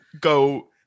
go